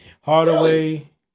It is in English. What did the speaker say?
Hardaway